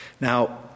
Now